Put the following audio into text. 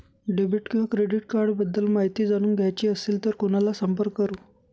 Debit किंवा credit cards बद्दल माहिती जाणून घ्यायची असेल तर कोणाला संपर्क करु?